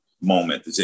Moment